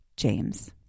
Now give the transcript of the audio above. James